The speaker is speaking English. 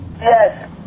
Yes